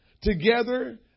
Together